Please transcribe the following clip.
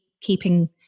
keeping